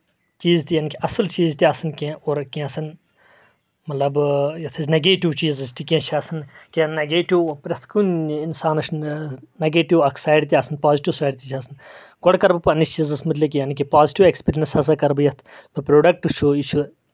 چیٖز تہِ یِم کہِ اَصٕل چیٖز تہِ آسان کیٚنٛہہ اور کیٚنٛہہ آسان مطلب یَتھ أسۍ نَگیٹو چیٖز کیٚنٛہہ تہِ چھِ آسان کیٚنٛہہ نگیٹو پریٚتھ کُنہِ اِنسانَس چُھ نگیٹو سایڈ تہِ آسان پازِتیٚو سایڈ تہِ آسان گۄڈٕ کَرٕ بہٕ پَنٕنِس چیٖزَس مُتعلِق یعنی کہِ پازٹو ایکسپیرینس ہسا کَرٕ بہٕ یَتھ پروڈَکٹ چھُ یہِ چھُ